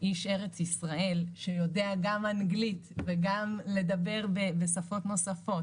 איש ארץ ישראל שיודע גם אנגלית וגם לדבר בשפות נוספות,